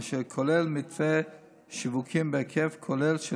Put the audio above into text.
אשר כולל מתווה שיווקי בהיקף כולל של